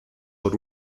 por